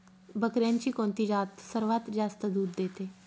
बकऱ्यांची कोणती जात सर्वात जास्त दूध देते?